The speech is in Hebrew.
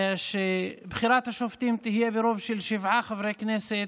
שבחירת השופטים תהיה ברוב של שבעה חברי כנסת,